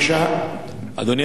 אדוני השר,